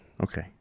Okay